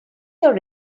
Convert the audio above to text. your